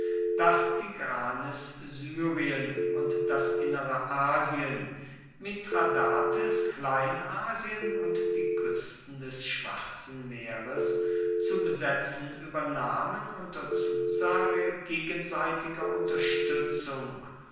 daß tigranes syrien und das innere asien mithradates kleinasien und die küsten des schwarzen meeres zu besetzen übernahmen unter zusage gegenseitiger unterstützung